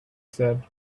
said